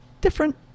different